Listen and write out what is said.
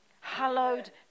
Hallowed